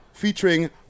Featuring